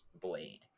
blade